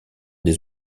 des